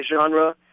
genre